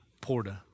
Porta